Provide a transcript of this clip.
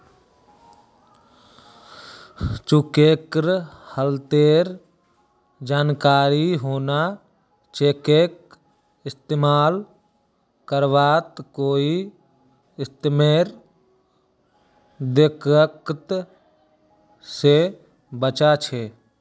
चेकेर हालतेर जानकारी होना चेकक इस्तेमाल करवात कोई किस्मेर दिक्कत से बचा छे